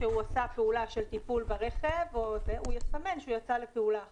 שהוא עשה פעולה של טיפול ברכב הוא יסמן שהוא יצא לפעולה אחרת.